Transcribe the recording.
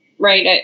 Right